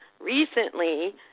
recently